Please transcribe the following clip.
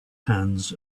hands